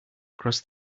across